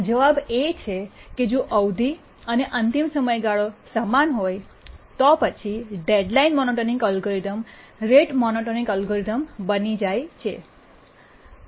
જવાબ એ છે કે જો અવધિ અને અંતિમ સમયગાળો સમાન હોય તો પછી deadline monotonic algorithm rate monotonic algorithm બની જાય છે